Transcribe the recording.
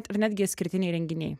ar netgi išskirtiniai renginiai